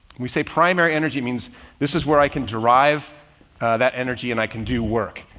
we say primary energy means this is where i can derive that energy and i can do work.